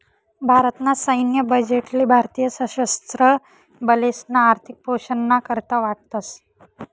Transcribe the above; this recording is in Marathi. भारत ना सैन्य बजेट ले भारतीय सशस्त्र बलेसना आर्थिक पोषण ना करता वाटतस